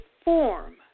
form